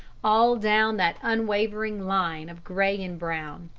all down that unwavering line of gray and brown.